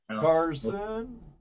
Carson